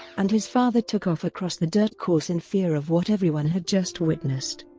and his father took off across the dirt course in fear of what everyone had just witnessed.